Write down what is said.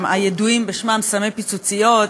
הידועים בשמם "סמי פיצוציות",